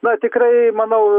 na tikrai manau